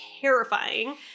terrifying